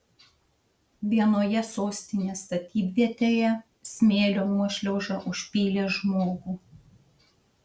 vienoje sostinės statybvietėje smėlio nuošliauža užpylė žmogų